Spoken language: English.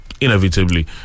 inevitably